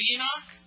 Enoch